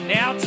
Now